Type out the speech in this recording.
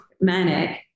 manic